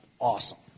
awesome